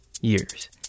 years